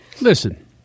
Listen